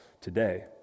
today